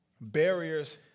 barriers